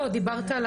לא משנה.